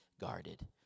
guarded